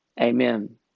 Amen